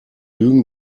lügen